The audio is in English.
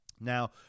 Now